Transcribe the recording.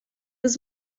was